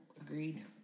agreed